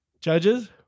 Judges